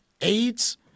AIDS